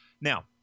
Now